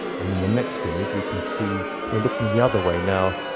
and in the next image we can see, we're looking the other way now.